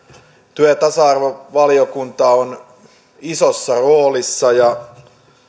työ ja tasa arvovaliokunta on isossa roolissa ja